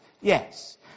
Yes